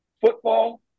football